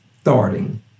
starting